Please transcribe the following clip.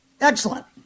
Excellent